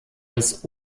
als